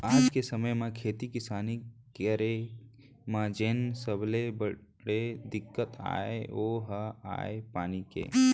आज के समे म खेती किसानी के करे म जेन सबले बड़े दिक्कत अय ओ हर अय पानी के